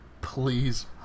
please